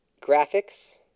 graphics